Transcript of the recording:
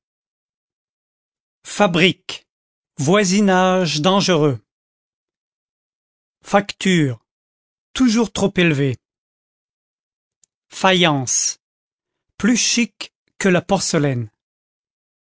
fabrique voisinage dangereux facture toujours trop élevé faïence plus chic que la porcelaine